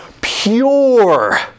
pure